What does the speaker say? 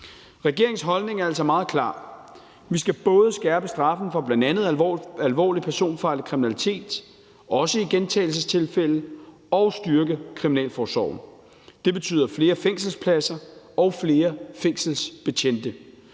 Regeringens holdning er altså meget klar: Vi skal både skærpe straffen for bl.a. alvorlig personfarlig kriminalitet – også i gentagelsestilfælde – og styrke kriminalforsorgen. Det betyder flere fængselspladser og flere fængselsbetjente.